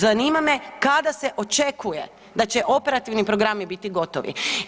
Zanima me kada se očekuje da će operativi programi biti gotovi?